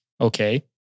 Okay